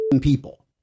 people